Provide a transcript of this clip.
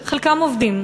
חלקם עובדים,